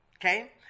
okay